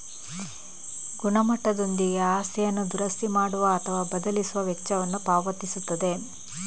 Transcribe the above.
ಗುಣಮಟ್ಟದೊಂದಿಗೆ ಆಸ್ತಿಯನ್ನು ದುರಸ್ತಿ ಮಾಡುವ ಅಥವಾ ಬದಲಿಸುವ ವೆಚ್ಚವನ್ನು ಪಾವತಿಸುತ್ತದೆ